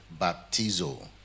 baptizo